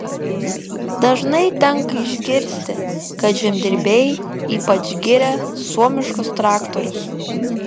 dažnai tenka išgirsti kad žemdirbiai ypač giria suomiškus traktorius